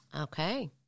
Okay